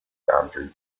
boundary